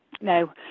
No